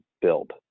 build